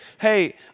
hey